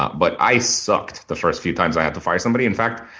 ah but i sucked the first few times i had to fire somebody. in fact,